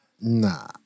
Nah